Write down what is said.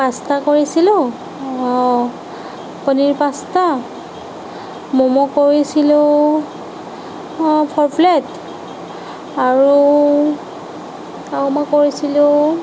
pasta কৰিছিলো paneer pasta momo কৰিছিলো four plate আৰু আৰু মই কৰিছিলো